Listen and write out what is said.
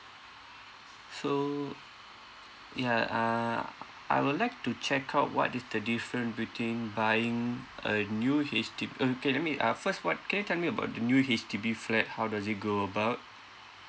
so yeah uh I would like to check out what is the difference between buying a new H_D~ okay let me uh first what can you tell me about the new H_D_B flat how does it go about